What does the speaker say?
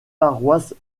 paroisse